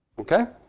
ok.